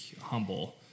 humble